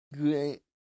great